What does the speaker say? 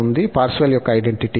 Parseval యొక్క identity ఉంది